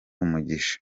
umugisha